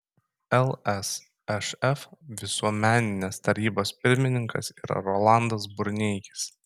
lsšf visuomeninės tarybos pirmininkas yra rolandas burneikis